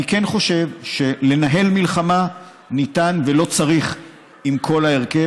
אני כן חושב שלנהל מלחמה ניתן ולא צריך עם כל ההרכב,